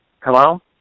Hello